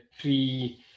pre